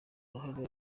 uruhare